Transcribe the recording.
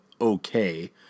okay